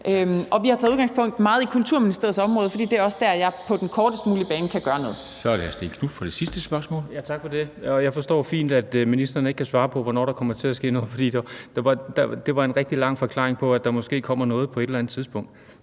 Og vi har særligt taget udgangspunkt i Kulturministeriets område, fordi det også er der, hvor jeg på den kortest mulige bane kan gøre noget. Kl. 13:41 Formanden (Henrik Dam Kristensen): Så er det hr. Stén Knuth for det sidste spørgsmål. Kl. 13:41 Stén Knuth (V): Tak for det. Jeg forstår fint, at ministeren ikke kan svare på, hvornår der kommer til at ske noget, for det var en rigtig lang forklaring på, at der måske kommer noget på et eller andet tidspunkt.